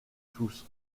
tous